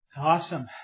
Awesome